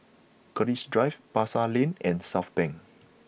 Keris Drive Pasar Lane and Southbank